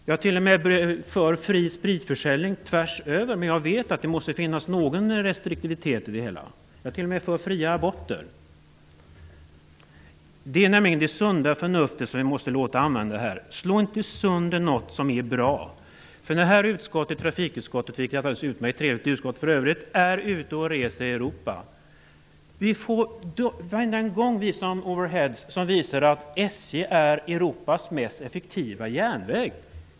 Jag är t.o.m. för fri spritförsäljning tvärs över, men jag vet att det måste finnas någon restriktivitet. Jag är t.o.m. för fria aborter. Det är nämligen det sunda förnuftet vi måste använda här. Slå inte sönder något som är bra! Trafikutskottet, vilket för övrigt är ett alldeles utmärkt trevligt utskott, är ute och reser i Europa. Varenda gång får vi se någon overhead som visar att SJ driver Europas mest effektiva järnväg.